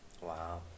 wow